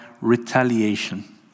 retaliation